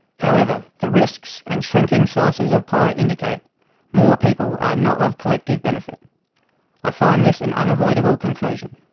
however, the risks and shrinking slices of pie indicate more people are not of collective benefit i find this an unavoidable conclusion.